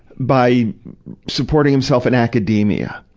by supporting himself in academia.